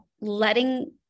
letting